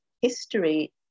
history